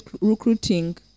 recruiting